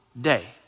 day